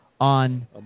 on